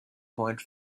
point